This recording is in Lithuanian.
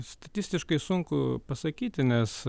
statistiškai sunku pasakyti nes